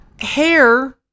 hair